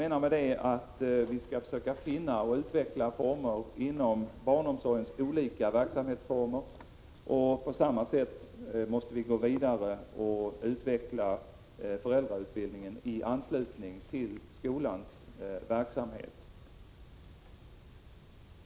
Vi skall alltså försöka finna och utveckla former inom barnomsorgens olika verksamheter, och på samma sätt måste vi gå vidare och utveckla föräldrautbildningen i anslutning till skolans verksamhet.